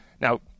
Now